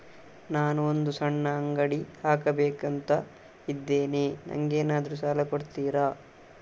ನಾನು ಒಂದು ಸಣ್ಣ ಅಂಗಡಿ ಹಾಕಬೇಕುಂತ ಇದ್ದೇನೆ ನಂಗೇನಾದ್ರು ಸಾಲ ಕೊಡ್ತೀರಾ?